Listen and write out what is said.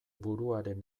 buruaren